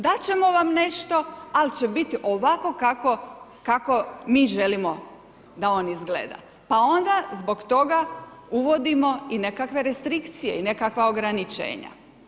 Dat ćemo vam nešto ali će biti ovako kako mi želimo da on izgleda pa onda zbog toga i uvodimo i nekakve restrikcije i nekakva ograničenja.